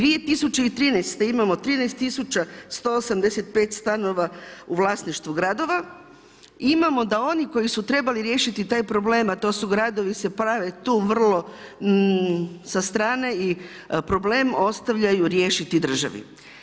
2013. imamo 13185 stanova u vlasništvu gradova, imamo da oni koji su trebali riješiti taj problem, a to su gradovi se prave tu vrlo sa strane i problem ostavljaju riješiti državi.